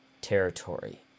territory